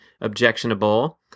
objectionable